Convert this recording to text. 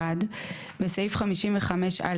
- (1) בסעיף 55א,